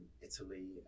italy